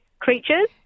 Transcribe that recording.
creatures